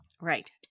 Right